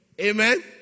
Amen